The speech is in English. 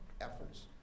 efforts